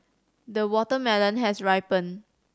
the watermelon has ripened